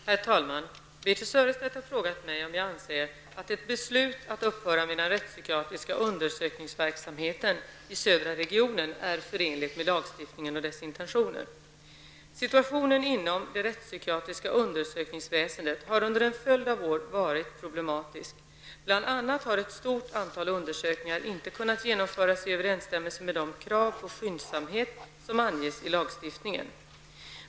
Herr talman! Birthe Sörestedt har frågat mig om jag anser att ett beslut att upphöra med den rättspsykiatriska undersökningsverksamheten i södra regionen är förenligt med lagstiftningen och dess intentioner. Situationen inom det rättspsykiatriska undersökningsväsendet har under en följd av år varit problematisk. Bl.a. har ett stort antal undersökningar inte kunnat genomföras i överensstämmelse med de krav på skyndsamhet som anges i lagstiftningen.